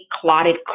clotted